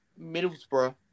Middlesbrough